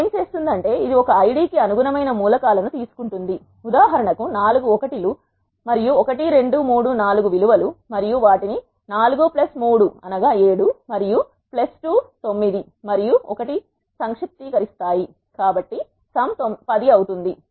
ఇది ఏమి చేస్తుందంటే ఇది ఒక ఐడి కి అనుగుణమైన మూలకాలను తీసుకుంటుంది ఉదాహరణకు నాలుగు 1 లు మరియు 1 2 3 4 విలువ లు మరియు వాటిని 4 3 7 మరియు 2 9 మరియు 1 సంక్షిప్తీకరిస్తాయి కాబట్టి సమ్ 10 అవుతుంది